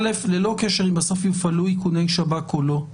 האחת, ללא קשר אם בסוף יופעלו איכוני שב"כ או לא,